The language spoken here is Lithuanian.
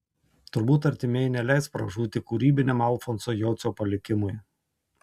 turbūt artimieji neleis pražūti kūrybiniam alfonso jocio palikimui